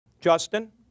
Justin